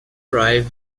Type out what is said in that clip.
arrive